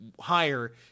higher